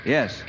Yes